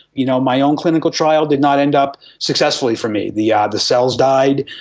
you know my own clinical trial did not end up successfully for me. the ah the cells died,